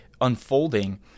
unfolding